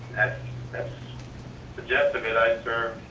that's the gist of it. i served